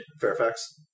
Fairfax